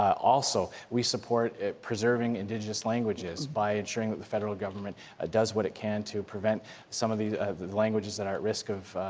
also, we support preserving indigenous languages by ensuring that the federal government does what it can to prevent some of the languages that are at risk of